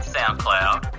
SoundCloud